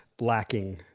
lacking